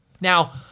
Now